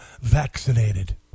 vaccinated